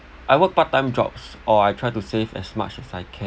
I work part time jobs or I try to save as much as I can